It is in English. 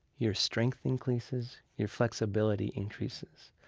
your strength increases, your flexibility increases.